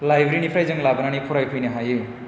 लाइब्रिनिफ्राय जोङो लाबोनानो फरायफैनो हायो